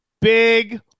big